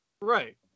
Right